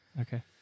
Okay